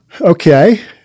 Okay